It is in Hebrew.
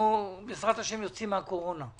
בעזרת השם, אנחנו יוצאים מהקורונה.